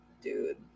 dude